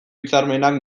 hitzarmenak